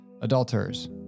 adulterers